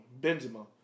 Benzema